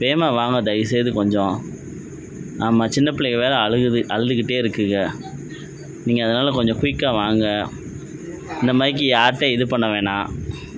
வேகமாக வாங்கள் தயவு செய்து கொஞ்சம் ஆமாம் சின்ன பிள்ளைங்க வேறு அழுகுது அழுதுகிட்டு இருக்குதுக நீங்கள் அதனால் கொஞ்சம் குயிக்காக வாங்கள் இந்த மார்க்கி யார்டையும் இது பண்ண வேணாம்